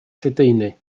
lledaenu